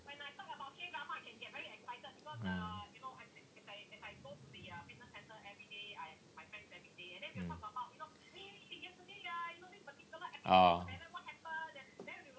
mm mm oh